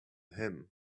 him